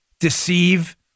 deceive